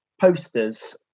posters